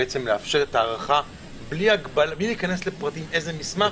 לאפשר הארכה בלי להיכנס לפרטים איזה מסמך?